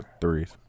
threes